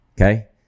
Okay